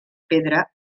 pedra